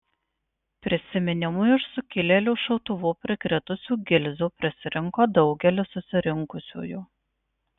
prisiminimui iš sukilėlių šautuvų prikritusių gilzių prisirinko daugelis susirinkusiųjų